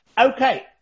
okay